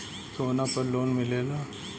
सोना पर लोन मिलेला?